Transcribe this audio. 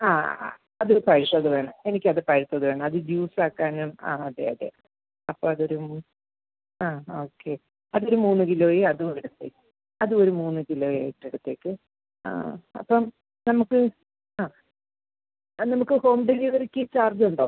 ആ ആ അത് പഴുത്തത് വേണം എനിക്കത് പഴുത്തത് വേണം അത് ജ്യൂസ് ആക്കാനും ആ അതെ അതെ അപ്പോൾ അതൊരു ആ ഓക്കെ അതൊരു മൂന്ന് കിലോ അതും എടുത്തേ അതും ഒരു മൂന്ന് കിലോ ആയിട്ട് എടുത്തേക്ക് ആ അപ്പം നമുക്ക് ആ ആ നമുക്ക് ഹോം ഡെലിവറിക്ക് ചാർജ് ഉണ്ടോ